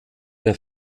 der